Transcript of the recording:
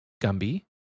Gumby